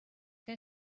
que